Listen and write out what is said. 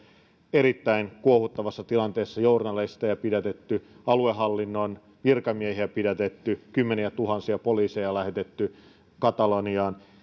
erittäin kuohuttavassa tilanteessa journalisteja on pidätetty aluehallinnon virkamiehiä on pidätetty kymmeniätuhansia poliiseja on lähetetty kataloniaan